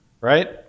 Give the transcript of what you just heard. right